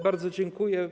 Bardzo dziękuję.